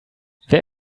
wer